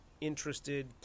interested